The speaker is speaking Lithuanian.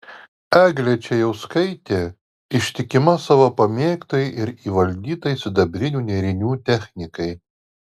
eglė čėjauskaitė ištikima savo pamėgtai ir įvaldytai sidabrinių nėrinių technikai